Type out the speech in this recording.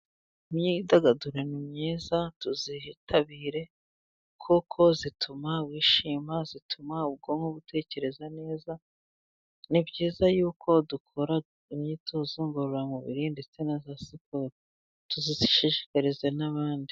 Imyidagaduro ni myiza tuyitabire, kuko ituma wishima, ituma ubwonko butekereza neza, ni byiza y'uko dukora imyitozo ngororamubiri, ndetse na za siporo tuzishishikarize n'abandi.